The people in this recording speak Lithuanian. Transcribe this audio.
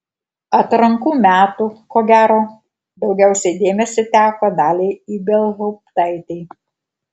atrankų metų ko gero daugiausiai dėmesio teko daliai ibelhauptaitei